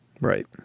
Right